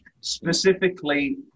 specifically